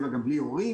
7 גם בלי הורים,